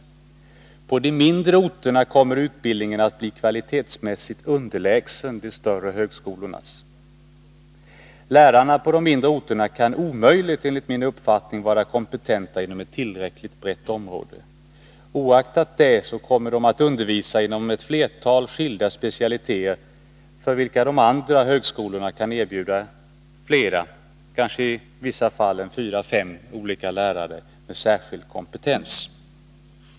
På de mindre orterna kommer utbildningen att bli kvalitetsmässigt underlägsen de större högskolornas. Lärarna på de mindre orterna kan omöjligt vara kompetenta inom ett tillräckligt brett område. Oaktat detta kan de komma att undervisa inom ett flertal skilda specialiteter för vilka andra högskolor kan erbjuda kanske fyra eller fem lärare med särskild kompetens.